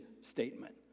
statement